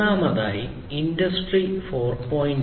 ഒന്നാമതായി ഇൻഡസ്ട്രി 4